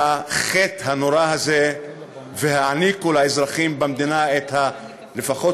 מהחטא הנורא הזה והעניקו לאזרחים במדינה לפחות